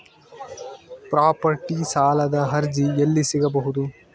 Property ಸಾಲದ ಅರ್ಜಿ ಎಲ್ಲಿ ಸಿಗಬಹುದು?